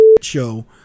show